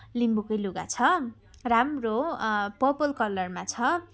लिम्बूकै लुगा छ राम्रो पर्पल कलरमा छ